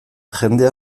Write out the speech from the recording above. jende